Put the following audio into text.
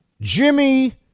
Jimmy